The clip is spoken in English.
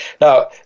now